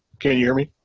can hear me.